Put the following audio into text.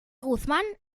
guzmán